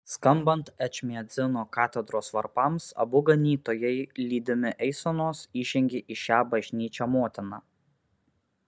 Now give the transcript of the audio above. skambant ečmiadzino katedros varpams abu ganytojai lydimi eisenos įžengė į šią bažnyčią motiną